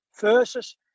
versus